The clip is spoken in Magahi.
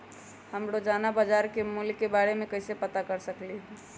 हम रोजाना बाजार के मूल्य के के बारे में कैसे पता कर सकली ह?